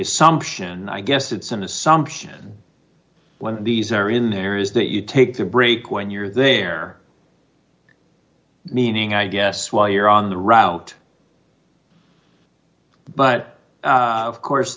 assumption i guess it's an assumption when these are in there is that you take the brake when you're there meaning i guess while you're on the route but of course